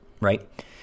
Right